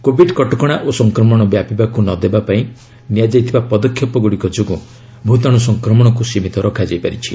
Covid କଟକଣା ଓ ସଂକ୍ରମଣ ବ୍ୟାପିବାକୁ ନ ଦେବାପାଇଁ ନିଆଯାଇଥିବା ପଦକ୍ଷେପ ଯୋଗୁଁ ଭୂତାଣୁ ସଂକ୍ରମଣକୁ ସୀମିତ ରଖାଯାଇପାରିଛି